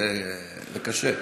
זה קשה.